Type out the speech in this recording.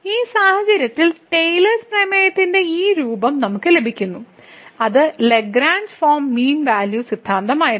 ഈ സാഹചര്യത്തിൽ ടെയിലേഴ്സ് പ്രമേയത്തിന്റെ ഈ രൂപം നമുക്ക് ലഭിക്കുന്നു അത് ലഗ്രാഞ്ച് ഫോം മീൻ വാല്യൂ സിദ്ധാന്തമായിരുന്നു